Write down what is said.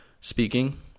speaking